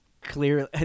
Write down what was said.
Clearly